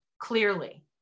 clearly